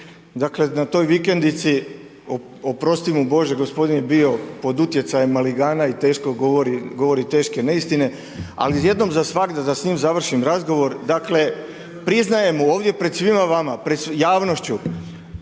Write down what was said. dakle na toj vikendici, oprosti mu Bože, gospodin je bio pod utjecajem maligana i teško govori, govori teške neistine, ali jednom za svagda da s njim završim razgovor, dakle priznajem mu ovdje pred svima vama, pred javnošću,